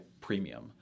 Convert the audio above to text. premium